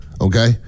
Okay